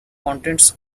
contents